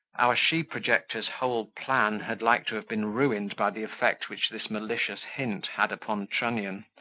our she-projector's whole plan had like to have been ruined by the effect which this malicious hint had upon trunnion,